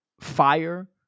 fire